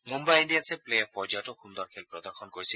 মুন্নাই ইণ্ডিয়ান্ছে প্লেঅফ পৰ্যায়তো সুন্দৰ খেল প্ৰদৰ্শন কৰিছিল